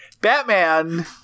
Batman –